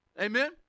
Amen